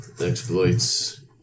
exploits